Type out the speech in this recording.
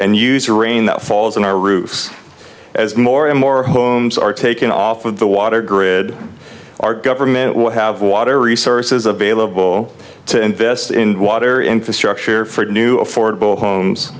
and use rain that falls on our roofs as more and more homes are taken off of the water grid our government will have water resources available to invest in water infrastructure for new affordable homes